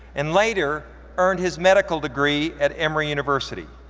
and later earned his medical degree at emory university.